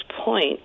point